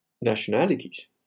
nationalities